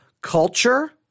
culture